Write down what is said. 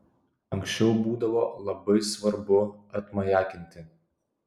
anksčiau būdavo labai svarbu atmajakinti